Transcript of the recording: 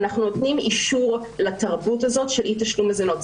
אנחנו נותנים אישור לתרבות הזאת של אי תשלום מזונות.